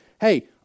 hey